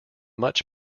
much